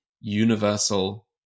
universal